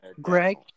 Greg